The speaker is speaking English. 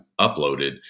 uploaded